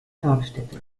grabstätte